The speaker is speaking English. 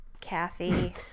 Kathy